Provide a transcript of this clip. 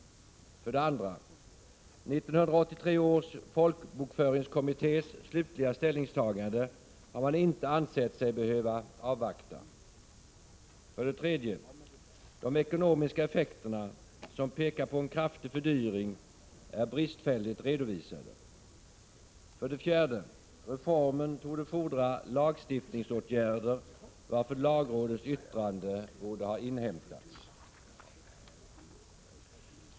2. 1983 års folkbokföringskommittés slutliga ställningstagande har man inte ansett sig behöva avvakta. 3. De ekonomiska effekterna, som pekar på en kraftig fördyring, är bristfälligt redovisade. 4. Reformen torde fordra lagstiftningsåtgärder, varför lagrådets yttrande borde ha inhämtats.